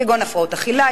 כגון הפרעות אכילה,